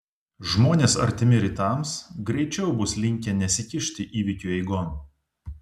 žmonės artimi rytams greičiau bus linkę nesikišti įvykių eigon